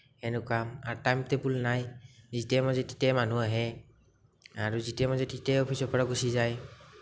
এনেকুৱা আৰু time table নাই যেতিয়াই মৰ্জি তেতিয়াই মানুহ আহে আৰু যেতিয়াই মন যায় তেতিয়াই অফিচৰ পৰা গুচি যায়